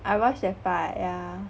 I watch that part yeah